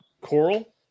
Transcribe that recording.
Coral